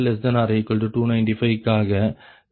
73≤PL≤295 காக λ0